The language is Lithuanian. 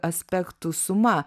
aspektų suma